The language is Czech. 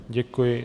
Děkuji.